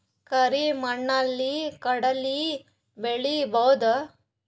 ಕರಿ ಮಣ್ಣಲಿ ಕಡಲಿ ಬೆಳಿ ಬೋದ?